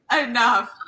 Enough